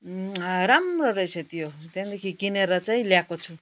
राम्रो रहेछ त्यो त्यहाँदेखि किनेर चाहिँ ल्याएको छु